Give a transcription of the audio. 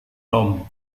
tom